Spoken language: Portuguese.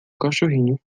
cachorrinho